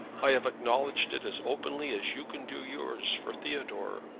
i have acknowledged it as openly as you can do yours for theodore.